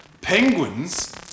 Penguins